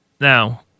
Now